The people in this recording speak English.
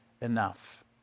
enough